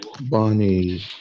Bonnie